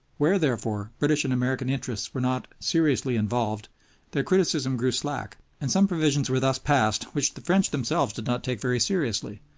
where, therefore, british and american interests were not seriously involved their criticism grew slack, and some were thus passed which the french themselves did not take very seriously,